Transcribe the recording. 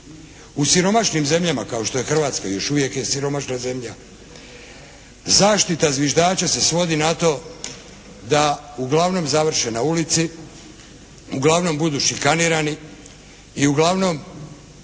U siromašnim zemljama kao što je Hrvatska i još uvijek je siromašna zemlja. Zaštita zviždača se svodi na to da uglavnom završe na ulici, uglavnom budu šikanirani i uglavnom